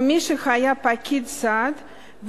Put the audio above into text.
או מי שהיה פקיד סעד,